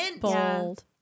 bold